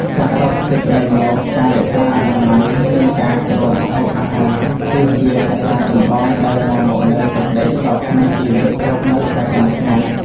សរុបសេចក្តីមក ការរក្សាអនាម័យ និងការគ្របម្ហូបអាហារ គឺជាកត្តាចម្បងដែលនាំមកនូវសេចក្តីសុខក្នុងជីវិតរស់នៅប្រចាំថ្ងៃ។